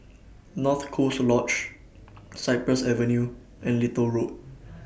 North Coast Lodge Cypress Avenue and Little Road